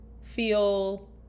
feel